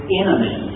enemy